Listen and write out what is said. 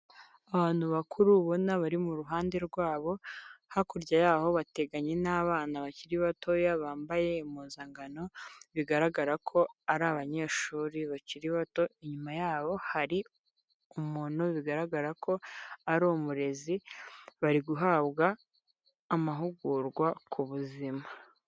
Abantu bakuru ubona bari mu ruhande rwabo, hakurya yaho bateganye n'abana bakiri batoya bambaye impuzangano bigaragara ko ari abanyeshuri bakiri bato, inyuma yabo hari umuntu bigaragara ko ari umurezi, bari guhabwa amahugurwa ku buzima.